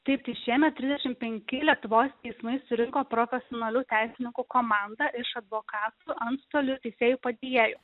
taip tai šiemet trisdešimt penki lietuvos teismai surinko profesionalių teisininkų komandą iš advokatų antstolių teisėjų padėjėjų